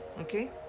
okay